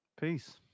Peace